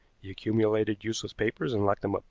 he accumulated useless papers and locked them up.